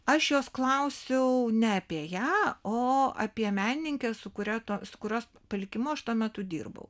aš jos klausiau ne apie ją o apie menininkę su kuria tos kurios palikimu aš tuo metu dirbau